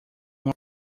uma